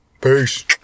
Peace